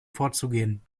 vorzugehen